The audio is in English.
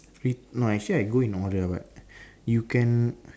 re~ no actually I go in order ah but you can